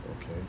Okay